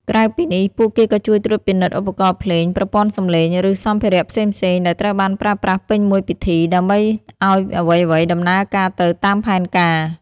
ក្រៅពីនេះ ពួកគេក៏ជួយត្រួតពិនិត្យ ឧបករណ៍ភ្លេង ប្រព័ន្ធសំឡេង ឬ សម្ភារៈផ្សេងៗ ដែលត្រូវបានប្រើប្រាស់ពេញមួយពិធី ដើម្បីឱ្យអ្វីៗដំណើរការទៅតាមផែនការ។